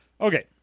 Okay